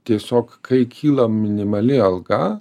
tiesiog kai kyla minimali alga